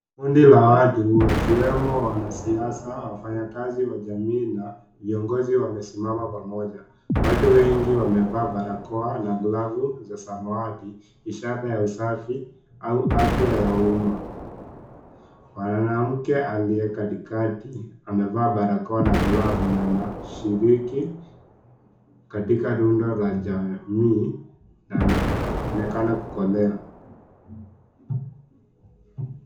Kundi la watu wakiwemo wanasiasa wafanyakazi wa jamii na viongozi wamesimama pamoja watu wengi wamevaa barakoa na glavu za samawati, ishara ya usafi au afya ya umma, mwanamke aliye katikati amevaa barakoa na glavu na anashiriki katika rundo la jamii na anaonekana kueleza.